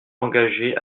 engagé